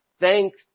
Thanks